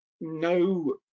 no